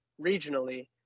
regionally